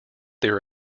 their